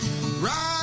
Right